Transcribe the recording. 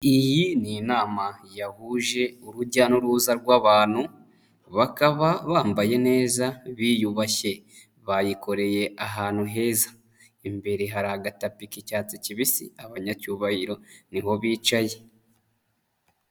Iyi ni inama yahuje urujya n'uruza rw'abantu, bakaba bambaye neza biyubashye, bayikoreye ahantu heza, imbere hari agatapi k'icyatsi kibisi abanyacyubahiro niho bicaye.